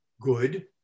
good